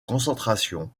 concentration